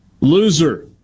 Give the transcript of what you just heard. loser